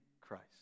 Christ